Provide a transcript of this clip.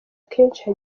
kenshi